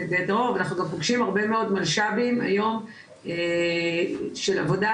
אנחנו גם פוגשים הרבה מאוד מלש"בים היום של עבודה,